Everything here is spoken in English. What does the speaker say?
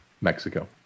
Mexico